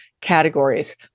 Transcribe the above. categories